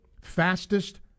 fastest